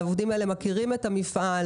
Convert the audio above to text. העובדים האלה מכירים את המפעל,